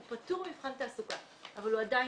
הוא פטור ממבחן תעסוקה אבל הוא עדיין